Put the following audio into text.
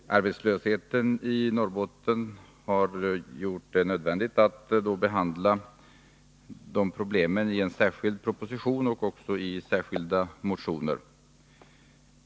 Fru talman! Arbetslösheten i Norrbotten har gjort det nödvändigt att behandla de problemen i en särskild proposition och i särskilda motioner.